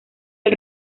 del